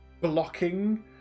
blocking